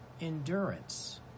endurance